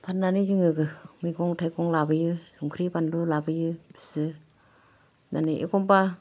फान्नानै जोङो मैगं थाइगं लाबोयो संख्रि बानलु लाबोयो फिसियो दिनै एखम्बा